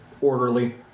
orderly